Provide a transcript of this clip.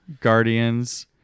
Guardians